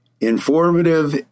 informative